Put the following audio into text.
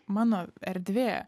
mano erdvė